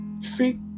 see